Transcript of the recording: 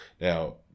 Now